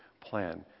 plan